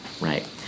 right